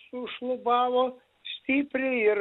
sušlubavo stipriai ir